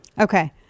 Okay